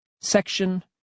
Section